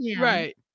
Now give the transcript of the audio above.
right